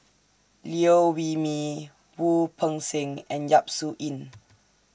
Liew Wee Mee Wu Peng Seng and Yap Su Yin